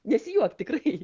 nesijuok tikrai